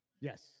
Yes